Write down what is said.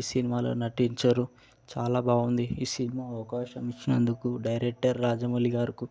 ఈ సినిమాలో నటించారు చాలా బాగుంది ఈ సినిమా అవకాశం ఇచ్చినందుకు డైరెక్టర్ రాజమౌళి గారికి